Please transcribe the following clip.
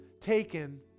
taken